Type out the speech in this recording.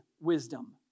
wisdom